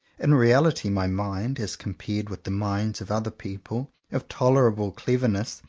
in reality my mind, as compared with the minds of other people of tolerable clever ness,